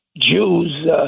Jews